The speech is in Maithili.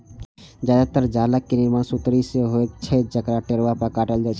जादेतर जालक निर्माण सुतरी सं होइत छै, जकरा टेरुआ पर काटल जाइ छै